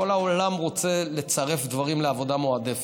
כל העולם רוצה לצרף דברים לעבודה מועדפת: